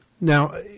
now